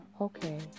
okay